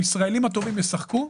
הישראלים הטובים ישחקו.